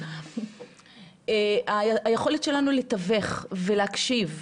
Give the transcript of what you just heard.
היכולת שלנו לתווך ולהקשיב,